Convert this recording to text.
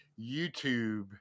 YouTube